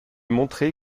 montré